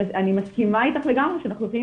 אני מסכימה איתך לגמרי שאנחנו רוצים